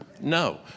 No